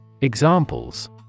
Examples